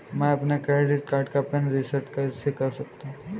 मैं अपने credit card का पिन रिसेट कैसे कर सकता हूँ?